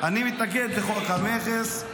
אני מתנגד לחוק המכס,